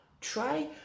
try